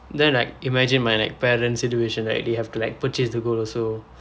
then like imagine my like parents situation like they have to like purchase the gold also